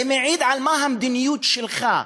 זה מעיד מה המדיניות שלך.